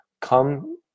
come